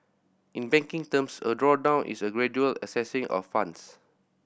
in banking terms a drawdown is a gradual accessing of funds